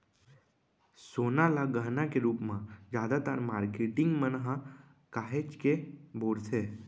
सोना ल गहना के रूप म जादातर मारकेटिंग मन ह काहेच के बउरथे